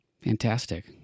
Fantastic